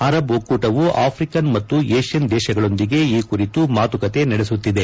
Arab ಒಕ್ಕೂಟವು African ಮತ್ತು ಏಷ್ಟನ್ ದೇಶಗಳೊಂದಿಗೆ ಈ ಕುರಿತು ಮಾತುಕತೆ ನಡೆಸುತ್ತಿದೆ